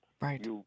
Right